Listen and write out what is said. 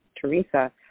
Teresa